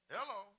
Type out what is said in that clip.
Hello